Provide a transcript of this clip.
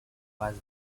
was